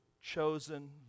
chosen